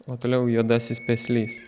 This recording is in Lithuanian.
o toliau juodasis peslys